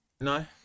No